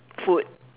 food